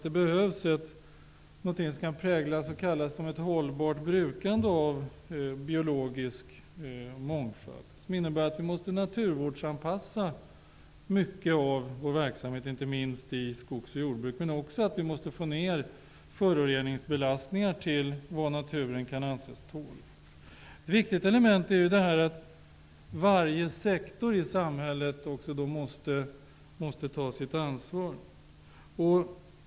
Det behövs någonting som kan kallas ett hållbart brukande av biologisk mångfald, som innebär att vi måste naturvårdsanpassa mycket av vår verksamhet, inte minst inom skogs och jordbruket, och också få ned föroreningsbelastningarna till vad naturen kan anses tåla. Ett viktigt element i detta är att varje sektor i samhället tar sitt ansvar.